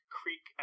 creek